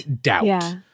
doubt